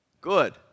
Good